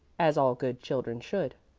as all good children should.